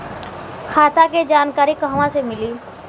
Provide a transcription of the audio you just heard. खाता के जानकारी कहवा से मिली?